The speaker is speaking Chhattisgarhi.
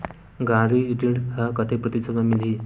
गाड़ी ऋण ह कतेक प्रतिशत म मिलही?